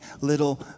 little